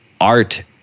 art